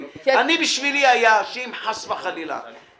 בשבילי היה שאם חס וחלילה,